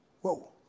Whoa